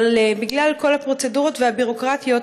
אבל בגלל כל הפרוצדורות והביורוקרטיות,